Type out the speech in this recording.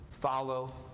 Follow